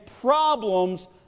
problems